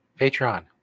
Patreon